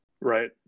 Right